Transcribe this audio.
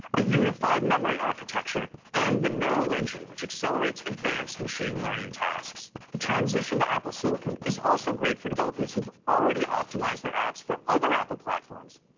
a unified memory architecture and the neural engine which accelerates advanced machine-learning tasks. the transition to apple silicon is also great for developers who've already optimized their apps for other apple platforms.